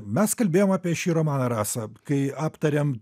mes kalbėjom apie šį romaną rasa kai aptarėm